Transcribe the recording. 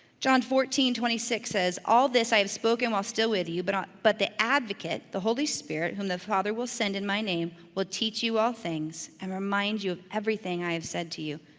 john fourteen twenty six says, all this i have spoken while still with you but um but the advocate, the holy spirit, whom the father will send in my name, will teach you all things and remind you of everything i have said to you.